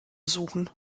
suchen